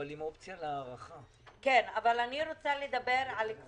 אבל עם אופציה להארכה.